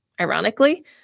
Ironically